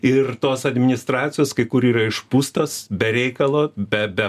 ir tos administracijos kai kur yra išpūstos be reikalo be be